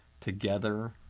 Together